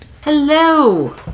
Hello